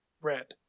red